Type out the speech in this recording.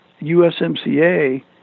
USMCA